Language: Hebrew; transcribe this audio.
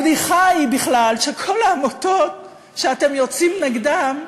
הבדיחה היא בכלל שכל העמותות שאתם יוצאים נגדן,